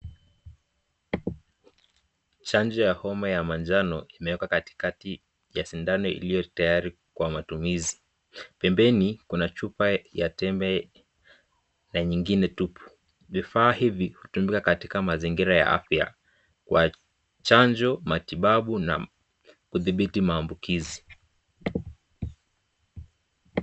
Chanjo ya homa ya manjano imewekwa katikati ya sindano iliyo tayari kwa matumizi, pempeni kuna chupa ya tembe na nyingine tupu, vifaa hivi hutumika katika mazingira za afya kwa chanjo, matibabu na kuthibiti maambukizi.